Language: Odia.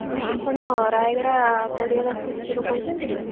ହଁ ଆପଣ ରାୟଗଡ଼ା କୋରିଅର ଅଫିସରୁ କହୁଛନ୍ତି କି